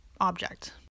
object